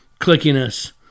clickiness